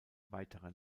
weitere